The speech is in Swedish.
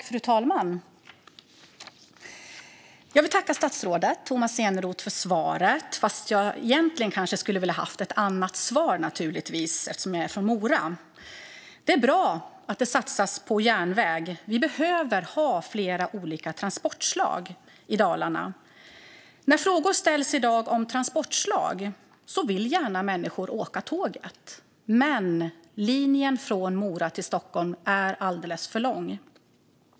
Fru talman! Jag vill tacka statsrådet Tomas Eneroth för svaret, även om jag egentligen naturligtvis skulle ha velat ha ett annat svar eftersom jag är från Mora. Det är bra att det satsas på järnväg. Vi behöver ha flera olika transportslag i Dalarna. När frågor i dag ställs om transportslag svarar människor att de gärna vill åka med tåget, men linjen från Mora till Stockholm är alldeles för lång.